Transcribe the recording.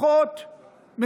אחות,